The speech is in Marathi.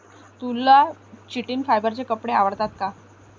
तुला चिटिन फायबरचे कपडे आवडतात का?